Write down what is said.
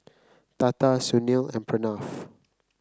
Tata Sunil and Pranav